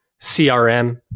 CRM